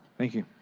thank you.